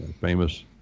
famous